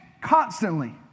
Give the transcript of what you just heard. constantly